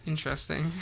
Interesting